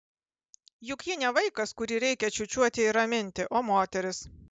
juk ji ne vaikas kurį reikia čiūčiuoti ir raminti o moteris